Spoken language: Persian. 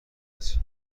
است